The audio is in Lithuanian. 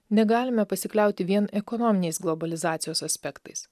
negalime pasikliauti vien ekonominiais globalizacijos aspektais